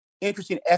interesting